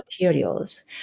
materials